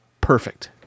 perfect